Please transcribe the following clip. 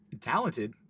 talented